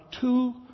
two